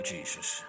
Jesus